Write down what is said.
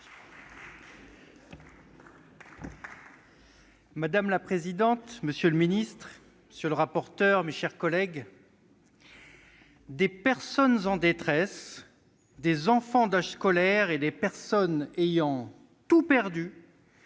Madame la présidente, monsieur le secrétaire d'État, mes chers collègues, « des personnes en détresse, des enfants d'âge scolaire et des personnes ayant perdu